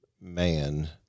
man